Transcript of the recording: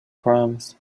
proms